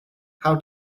how